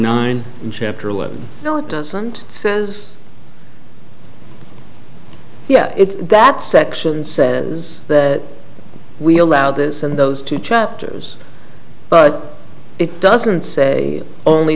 nine in chapter eleven no it doesn't says yeah it's that section says that we allowed this and those two chapters but it doesn't say only